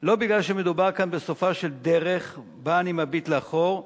לא בגלל שמדובר כאן בסופה של דרך שבה אני מביט לאחור,